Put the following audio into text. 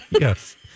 Yes